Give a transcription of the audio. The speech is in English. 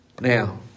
Now